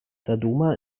dodoma